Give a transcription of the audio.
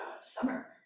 summer